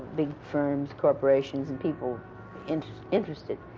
big firms, corporations, and people and interested.